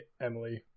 Emily